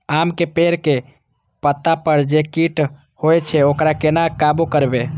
आम के पेड़ के पत्ता पर जे कीट होय छे वकरा केना काबू करबे?